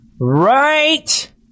Right